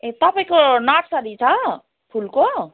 ए तपाईँको नर्सरी छ फुलको